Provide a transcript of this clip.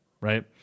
right